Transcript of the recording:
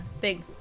Big